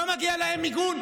לא מגיע להם מיגון,